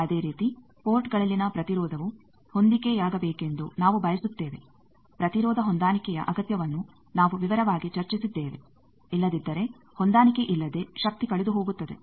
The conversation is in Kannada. ಅದೇ ರೀತಿ ಪೋರ್ಟ್ಗಳಲ್ಲಿನ ಪ್ರತಿರೋಧವು ಹೊಂದಿಕೆಯಾಗಬೇಕೆಂದು ನಾವು ಬಯಸುತ್ತೇವೆ ಪ್ರತಿರೋಧ ಹೊಂದಾಣಿಕೆಯ ಅಗತ್ಯವನ್ನು ನಾವು ವಿವರವಾಗಿ ಚರ್ಚಿಸಿದ್ದೇವೆ ಇಲ್ಲದಿದ್ದರೆ ಹೊಂದಾಣಿಕೆ ಇಲ್ಲದೆ ಶಕ್ತಿ ಕಳೆದುಹೋಗುತ್ತದೆ